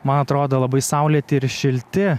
man atrodo labai saulėti ir šilti